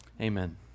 Amen